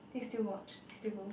then you still watch still go